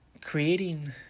creating